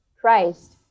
Christ